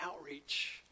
outreach